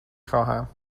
خواهم